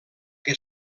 que